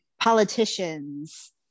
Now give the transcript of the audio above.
politicians